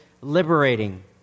liberating